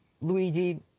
Luigi